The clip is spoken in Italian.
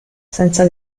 senza